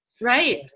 Right